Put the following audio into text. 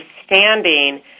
understanding